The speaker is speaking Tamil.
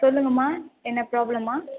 சொல்லுங்கம்மா என்ன ப்ராப்ளம்மா